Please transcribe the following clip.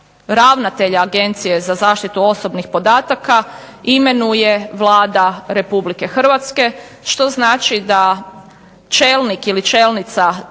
ravnatelja Agencije za zaštitu osobnih podataka imenuje Vlada Republike Hrvatske što znači da čelnik ili čelnica